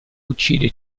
uccide